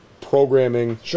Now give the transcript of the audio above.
programming